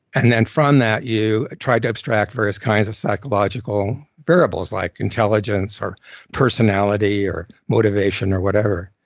and then from that you try to extract various kinds of psychological variables like intelligence, or personality, or motivation, or whatever.